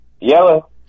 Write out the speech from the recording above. Yellow